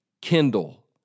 Kindle